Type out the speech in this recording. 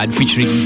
Featuring